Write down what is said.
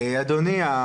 אדוני.